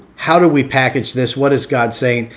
how do we package this? what is god's saying?